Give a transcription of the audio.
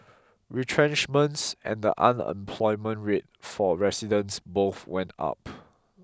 retrenchments and the unemployment rate for residents both went up